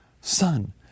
son